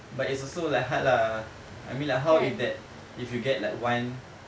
but it's also like hard lah I mean like how if that if you get like one